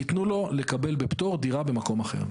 ייתנו לו לקבל בפטור דירה במקום אחר.